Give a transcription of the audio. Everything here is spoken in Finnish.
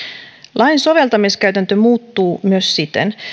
lain soveltamiskäytäntö muuttuu myös siten